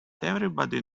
everybody